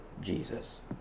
Jesus